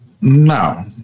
No